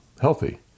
healthy